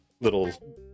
little